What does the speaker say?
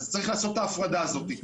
אז צריך לעשות את ההפרדה הזאת.